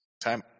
time